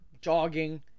Jogging